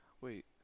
Wait